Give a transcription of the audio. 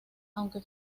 aunque